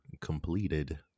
completed